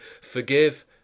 Forgive